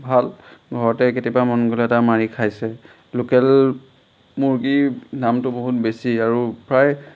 ভাল ঘৰতে কেতিয়াবা মন গ'লে এটা মাৰি খাইছে লোকেল মুৰ্গীৰ দামটো বহুত বেছি আৰু প্ৰায়